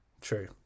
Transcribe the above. True